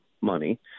money